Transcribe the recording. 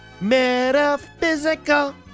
Metaphysical